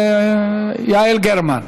יעל גרמן.